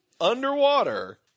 underwater